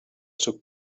took